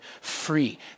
free